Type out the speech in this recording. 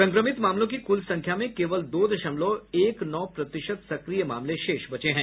संक्रमित मामलों की कुल संख्या में केवल दो दशमलव एक नौ प्रतिशत सक्रिय मामले शेष बचे है